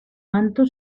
manto